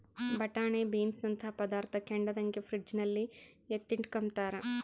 ಬಟಾಣೆ ಬೀನ್ಸನಂತ ಪದಾರ್ಥ ಕೆಡದಂಗೆ ಫ್ರಿಡ್ಜಲ್ಲಿ ಎತ್ತಿಟ್ಕಂಬ್ತಾರ